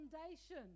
foundation